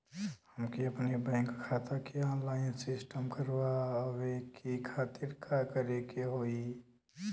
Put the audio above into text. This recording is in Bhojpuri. हमके अपने बैंक खाता के ऑनलाइन सिस्टम करवावे के खातिर का करे के होई?